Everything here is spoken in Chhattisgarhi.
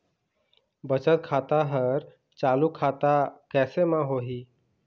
बचत खाता हर चालू खाता कैसे म होही?